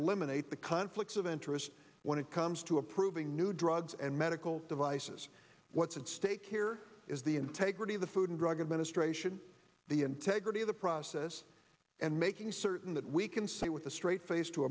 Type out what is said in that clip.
eliminate the conflicts of interest when it comes to approving new drugs and medical devices what's at stake here is the integrity of the food and drug administration the integrity of the process and making certain that we can say with a straight face to